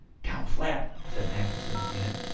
down flat! said mackinson again,